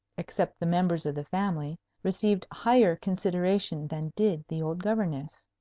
except the members of the family, received higher consideration than did the old governess.